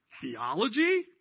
theology